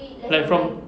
like from